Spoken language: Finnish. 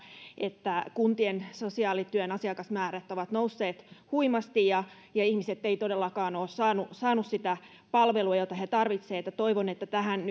että kuntien sosiaalityön asiakasmäärät ovat nousseet huimasti ja ja ihmiset eivät todellakaan ole saaneet sitä palvelua jota he tarvitsevat toivon että tähän